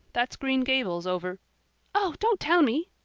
that's green gables over oh, don't tell me,